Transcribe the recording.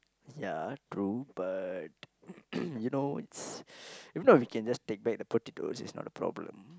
ya true but you know it's if not we can just take back the potatoes it's not a problem